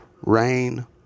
rain